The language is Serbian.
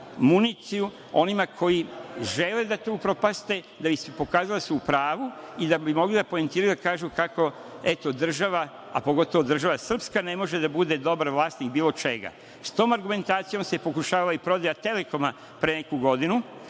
municiju onima koji žele da to upropaste da bi se pokazalo da su u pravu i da bi mogli da poentiraju i da kažu kako država, a pogotovo država srpska ne može da bude dobar vlasnik bilo čega. S tom argumentacijom se pokušala i prodaja Telekoma pre neku godinu.